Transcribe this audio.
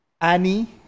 Annie